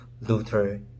Luther